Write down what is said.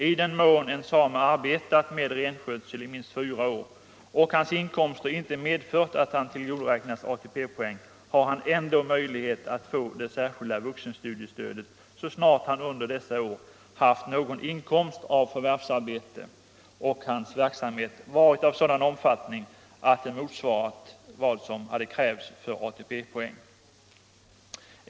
I den mån en same arbetat med renskötsel i minst fyra år och hans inkomster inte medfört att han tillgodoräknats ATP-poäng har han ändå möjlighet att få det särskilda vuxenstudiestödet så snart han under dessa år haft någon inkomst av förvärvsarbete och hans verksamhet varit av sådan omfattning att den motsvarat vad som hade krävts för ATP poäng.